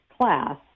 class